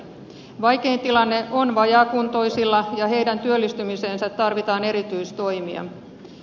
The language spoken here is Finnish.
vaikein tilanne on vajaakuntoisilla ja heidän työllistymiseensä tarvitaan erityistoimia